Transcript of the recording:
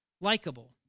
likable